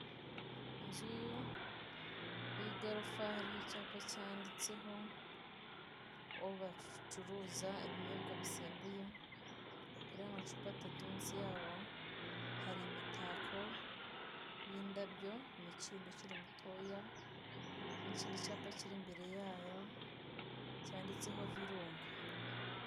Inzu y'igorofa iriho icyapa cyanditseho aho bacuruza ibinyobwa bisembuye, hariho amacupa atatu munsi yaho hari imitako y'indabyo, umukindo ukiri mutoya n'ikindi cyapa kiri imbere yayo cyanditseho virunga.